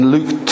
Luke